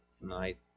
tonight